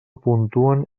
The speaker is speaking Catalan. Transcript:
puntuen